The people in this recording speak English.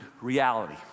reality